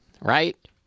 right